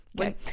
Okay